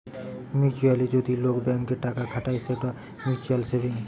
mutually যদি লোক bank এ টাকা খাতায় সৌটা মিউচুয়াল সেভিংস